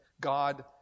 God